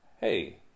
Hey